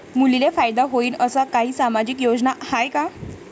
मुलींले फायदा होईन अशा काही सामाजिक योजना हाय का?